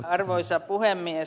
arvoisa puhemies